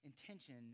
intention